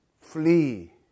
flee